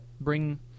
bring